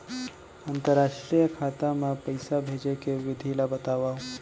अंतरराष्ट्रीय खाता मा पइसा भेजे के विधि ला बतावव?